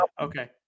okay